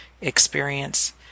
experience